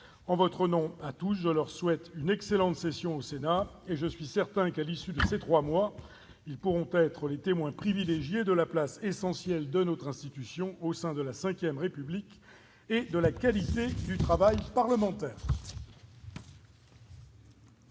en votre nom à tous, je leur souhaite une excellente session au Sénat et je suis certain qu'à l'issue, c'est 3 mois, ils pourront être les témoins privilégiés de la place essentielle de notre institution au sein de la Ve République et de la qualité du travail parlementaire.